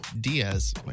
Diaz